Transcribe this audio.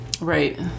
Right